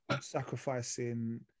sacrificing